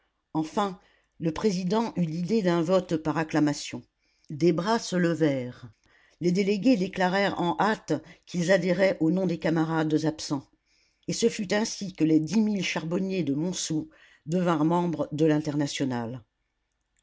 enfin le président eut l'idée d'un vote par acclamation des bras se levèrent les délégués déclarèrent en hâte qu'ils adhéraient au nom des camarades absents et ce fut ainsi que les dix mille charbonniers de montsou devinrent membres de l'internationale